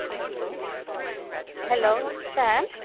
hello hello sir